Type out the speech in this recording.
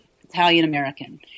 Italian-American